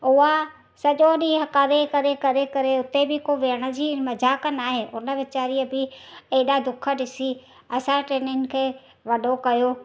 उहा सॼो ॾींहुं करे करे उते बि को वेहण जी मज़ाक न आहे उन वीचारी बि एॾा दुख ॾिसी असां टिनिनि खे वॾो कयो